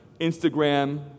Instagram